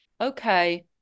Okay